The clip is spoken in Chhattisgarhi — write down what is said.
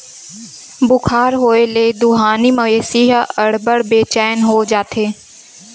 बुखार होए ले दुहानी मवेशी ह अब्बड़ बेचैन हो जाथे